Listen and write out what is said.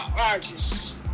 artists